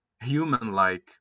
human-like